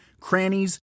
crannies